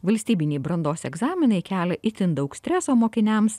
valstybiniai brandos egzaminai kelia itin daug streso mokiniams